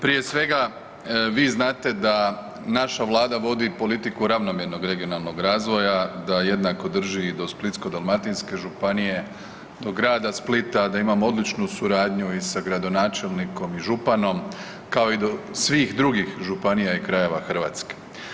Prije svega vi znate da naša Vlada vodi politiku ravnomjernog regionalnog razvoja, da jednako drži i do Splitsko-dalmatinske županije, do Grada Splita da imamo odličnu suradnju i sa gradonačelnikom i županom, kao i do svih drugih županija i krajeva Hrvatske.